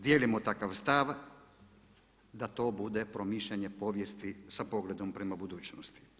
Dijelimo takav stav da to bude promišljanje povijesti sa pogledom prema budućnosti.